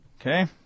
Okay